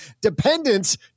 dependence